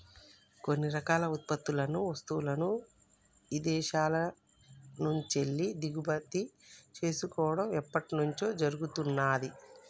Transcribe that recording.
కొన్ని రకాల ఉత్పత్తులను, వస్తువులను ఇదేశాల నుంచెల్లి దిగుమతి చేసుకోడం ఎప్పట్నుంచో జరుగుతున్నాది